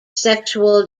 sexual